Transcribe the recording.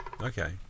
Okay